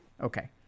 Okay